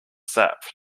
sap